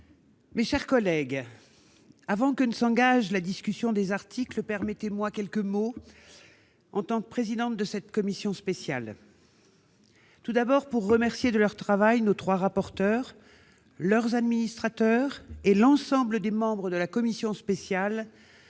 mes chers collègues, avant que ne s'engage la discussion des articles, permettez-moi de dire quelques mots en tant que présidente de cette commission spéciale. Tout d'abord, je veux remercier de leur travail nos trois rapporteurs, les administrateurs, ainsi que l'ensemble des membres de la commission spéciale